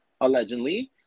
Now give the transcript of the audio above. allegedly